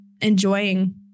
enjoying